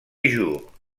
jour